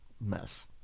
mess